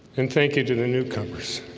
and thank you to the newcomers